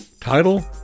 Title